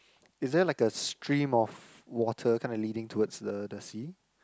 is there like a stream of water kind of leading towards the the sea